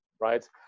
right